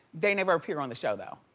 they never appear on the show though.